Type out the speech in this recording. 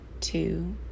two